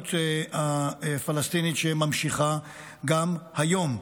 והתוקפנות הפלסטינית, שנמשכת גם היום.